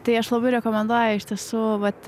tai aš labai rekomenduoju iš tiesų vat